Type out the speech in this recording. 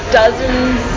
dozens